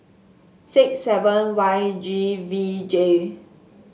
six seven Y G V J